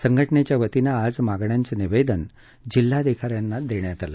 संघटनेच्या वतीनं आज मागण्याचं निवेदन जिल्हाधिक यांना देण्यात आलं